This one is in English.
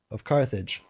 of carthage,